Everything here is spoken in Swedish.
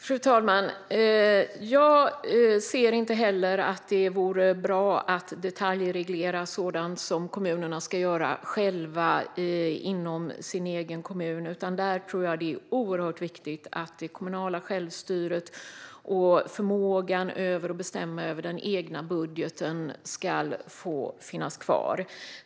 Fru talman! Jag anser inte heller att det vore bra att detaljreglera sådant som kommunerna ska göra själva inom den egna kommunen. Jag tror att det är oerhört viktigt att det kommunala självstyret och förmågan att bestämma över den egna budgeten får finnas kvar.